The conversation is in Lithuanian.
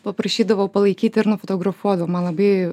paprašydavau palaikyt ir nufotografuodavau man labai